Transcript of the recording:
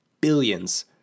billions